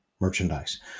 merchandise